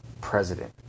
president